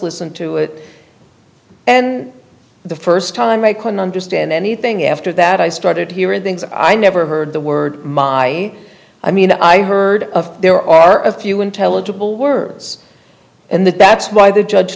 listened to it and the first time i couldn't understand anything after that i started hearing things i never heard the word my i mean i heard of there are a few intelligible words and that's why the judge